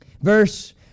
Verse